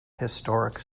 historic